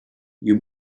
you